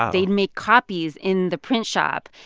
they'd make copies in the print shop,